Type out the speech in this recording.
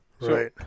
right